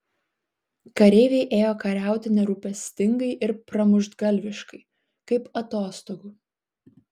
kareiviai ėjo kariauti nerūpestingai ir pramuštgalviškai kaip atostogų